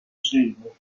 siglo